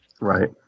Right